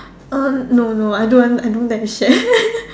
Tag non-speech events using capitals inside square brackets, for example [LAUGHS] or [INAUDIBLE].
uh no no I don't I don't dare to share [LAUGHS]